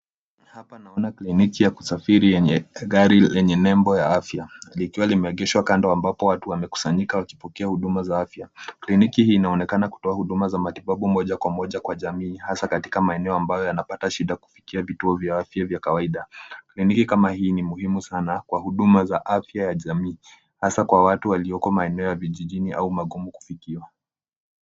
Hapa naona kliniki ya kusafiri yenye gari lenye nembo ya afya, likiwa limeegeshwa kando ambapo watu wamekusanyika wakipokea huduma za afya. Kliniki hii inaonekana kutoa huduma za matibabu moja kwa moja kwa jamii, hasa katika maeneo ambayo yanapata shida kufikia vituo vya afya vya kawaida. Kliniki kama hii ni muhimu sana kwa huduma za afya ya jamii, hasa kwa watu walioko maeneo ya vijijini au magumu kufikiwa.